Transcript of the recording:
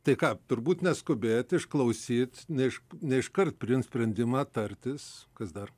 tai ką turbūt neskubėt išklausyt ne iš ne iškart priimt sprendimą tartis kas dar